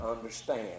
understand